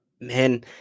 Man